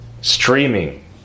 streaming